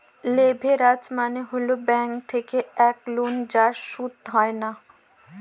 leverage মানে হল bank থেকে এক লোন যার সুদ হয় না